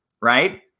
right